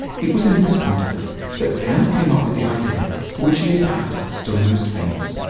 it was in this context that kant came up with the idea for which he's perhaps still most famous,